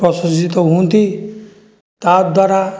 ପ୍ରଶଂସିତ ହୁଅନ୍ତି ତା' ଦ୍ଵାରା